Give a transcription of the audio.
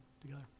together